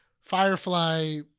Firefly